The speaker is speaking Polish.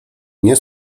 nie